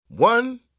One